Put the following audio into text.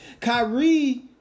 Kyrie